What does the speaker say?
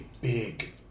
big